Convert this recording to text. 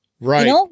Right